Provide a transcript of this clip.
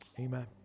Amen